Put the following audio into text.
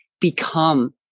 become